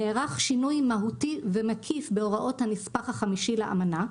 נערך שינוי מהותי ומקיף בהוראות הנספח החמישי לאמנה,